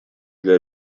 для